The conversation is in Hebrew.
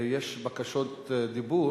יש בקשות דיבור